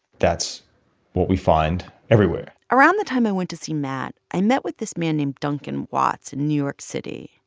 that's what we find everywhere around the time i went to see matt, i met with this man named duncan watts in new york city.